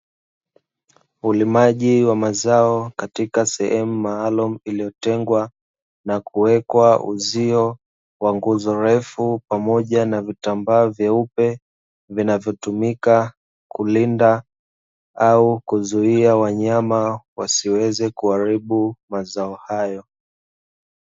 Ulimaji wa mazao katika sehemu maalumu iliyotengwa na kuwekwa uzio wa nguzo refu, pamoja na vitambaa vyeupe vinavyotumika kulinda au kuzuia wanyama ili wasiweze kuharibu mazao hayo.